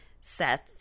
Seth